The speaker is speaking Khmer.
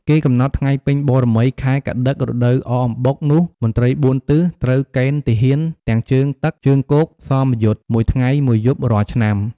គេកំណត់ថ្ងៃ ពេញ បូណ៌មី ខែកត្តិក រដូវអកអំបុកនោះមន្ត្រី៤ទិស ត្រូវកេណ្ឌទាហានទាំងជើងទឹក ជើងគោក «សមយុទ្ធ» ១ថ្ងៃ ១យប់រាល់ឆ្នាំ។